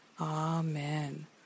Amen